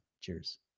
Cheers